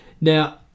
Now